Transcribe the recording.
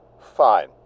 Fine